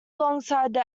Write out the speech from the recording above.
alongside